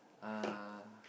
uh